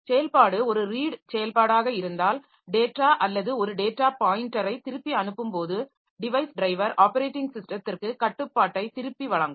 செயல்பாடு ஒரு ரீட் செயல்பாடாக இருந்தால் டேட்டா அல்லது ஒரு டேட்டா பாயின்டரை திருப்பி அனுப்பும்போது டிவைஸ் டிரைவர் ஆப்பரேட்டிங் ஸிஸ்டத்திற்கு கட்டுப்பாட்டை திருப்பி வழங்கும்